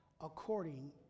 according